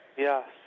Yes